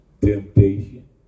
temptation